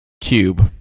cube